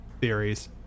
theories